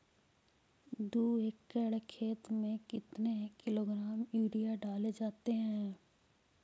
दू एकड़ खेत में कितने किलोग्राम यूरिया डाले जाते हैं?